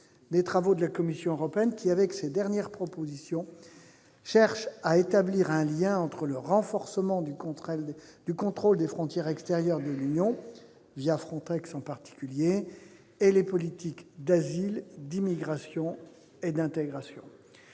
des travaux de la Commission européenne, laquelle, dans le cadre de ses dernières propositions, cherche à établir un lien entre le renforcement du contrôle des frontières extérieures de l'Union européenne, notamment FRONTEX, et les politiques d'asile, d'immigration et d'intégration.